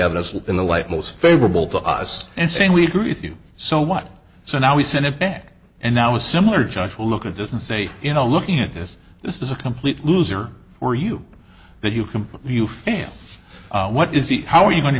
evidence in the light most favorable to us and saying we agree with you so much so now we send it back and now a similar judge will look at this and say you know looking at this this is a complete loser for you and you can you fan what is he how are you going to